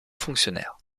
fonctionnaire